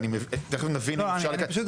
תכף נבין אם אפשר לקצר את זה,